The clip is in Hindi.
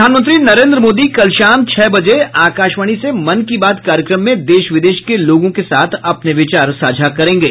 प्रधानमंत्री नरेन्द्र मोदी कल शाम छह बजे आकाशवाणी से मन की बात कार्यक्रम में देश विदेश के लोगों के साथ अपने विचार साझा करेंगे